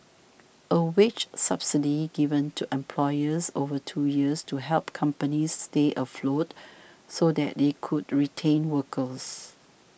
a wage subsidy given to employers over two years to help companies stay afloat so that they could retain workers